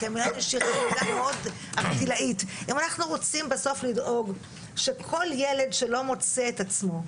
אם אנחנו רוצים בסוף לדאוג שכל ילד שלא מוצא את עצמו,